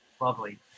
lovely